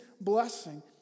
blessing